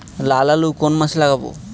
লাল আলু কোন মাসে লাগাব?